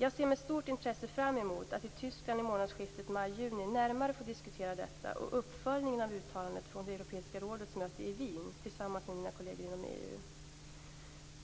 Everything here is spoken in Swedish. Jag ser med stort intresse fram emot att i Tyskland i månadsskiftet maj/juni närmare få diskutera detta och uppföljningen av uttalandet från det europeiska rådets möte i Wien tillsammans med mina kolleger inom EU.